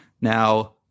Now